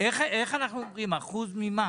אחוז ממה?